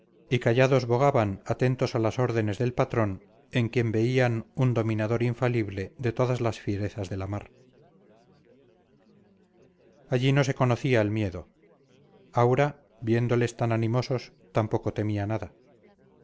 y callados bogaban atentos a las órdenes del patrón en quien veían un dominador infalible de todas las fierezas de la mar allí no se conocía el miedo aura viéndoles tan animosos tampoco temía nada